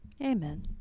Amen